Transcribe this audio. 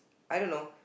I don't know